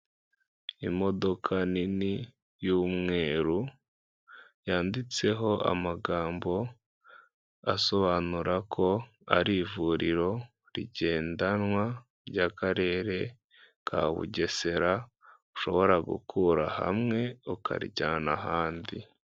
Imodoka nini y'umweru yanditseho amagambo asobanura ko ari ivuriro rigendanwa ry'akarere ka bugesera ushobora gukura hamwe ukarijyana ahandi.